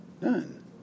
None